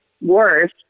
worse